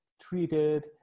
treated